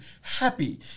happy